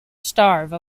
starve